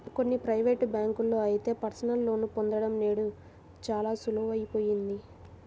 కొన్ని ప్రైవేటు బ్యాంకుల్లో అయితే పర్సనల్ లోన్ పొందడం నేడు చాలా సులువయిపోయింది